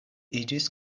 iĝis